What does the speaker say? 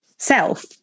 self